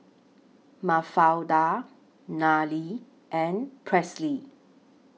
Mafalda Nery and Presley